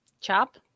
chop